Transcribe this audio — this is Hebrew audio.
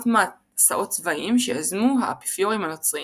מסעות צבאיים שיזמו האפיפיורים הנוצריים.